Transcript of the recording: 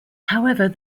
however